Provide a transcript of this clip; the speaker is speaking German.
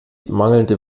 mangelnde